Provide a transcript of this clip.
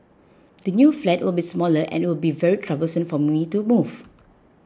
the new flat will be smaller and it will be very troublesome for me to move